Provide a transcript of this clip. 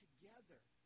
together